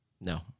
No